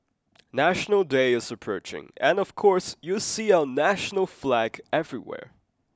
National Day is approaching and of course you'll see our national flag everywhere